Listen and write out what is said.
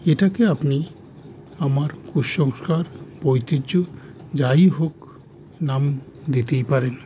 এটাকে আপনি আমার কুসংস্কার ঐতিহ্য যায়ই হোক নাম দিতেই পারেন